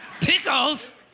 Pickles